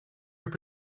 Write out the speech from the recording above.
your